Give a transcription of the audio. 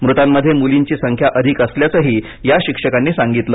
मृतांमध्ये मुलींची संख्या अधिक असल्याच या शिक्षकांनी सांगितलं